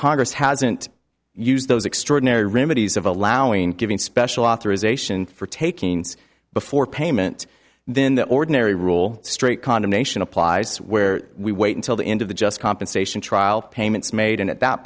congress hasn't used those extraordinary remedies of allowing giving special authorization for taking before payment then the ordinary rule straight condemnation applies where we wait until the end of the just compensation trial payments made and at that